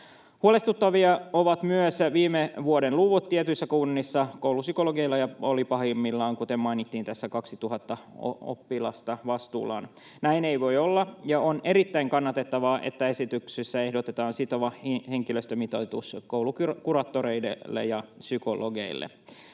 Huolestuttavia ovat myös viime vuoden luvut tietyissä kunnissa. Koulupsykologeilla oli pahimmillaan, kuten tässä mainittiin, 2 000 oppilasta vastuullaan. Näin ei voi olla, ja on erittäin kannatettavaa, että esityksessä ehdotetaan sitovaa henkilöstömitoitusta koulukuraattoreille ja ‑psykologeille.